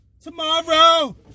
tomorrow